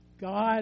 God